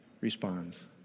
responds